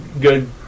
Good